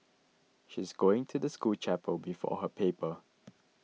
she's going to the school chapel before her paper